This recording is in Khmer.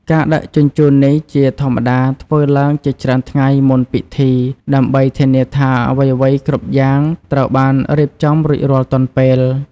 ការដឹកជញ្ជូននេះជាធម្មតាធ្វើឡើងជាច្រើនថ្ងៃមុនពិធីដើម្បីធានាថាអ្វីៗគ្រប់យ៉ាងត្រូវបានរៀបចំរួចរាល់ទាន់ពេល។